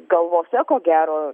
galvose ko gero